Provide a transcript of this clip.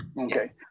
Okay